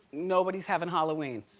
nobody's having halloween.